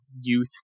youth